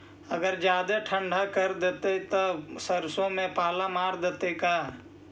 अगर जादे ठंडा कर देतै तब सरसों में पाला मार देतै का?